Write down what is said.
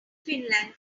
finland